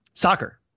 soccer